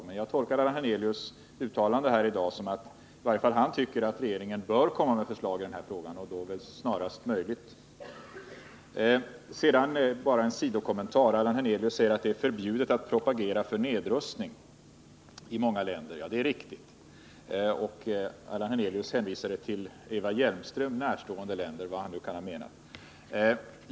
Men jag tolkar Allan Hernelius uttalande här i dag som att i varje fall han tycker att regeringen bör lägga fram förslag i denna fråga och att den bör göra det snarast möjligt. Vidare bara en sidokommentar. Herr Hernelius säger att det i många länder är förbjudet att propagera för nedrustning. Det är riktigt. Allan Hernelius hänvisade också till Eva Hjelmström närstående länder — vad han kan ha menat med det.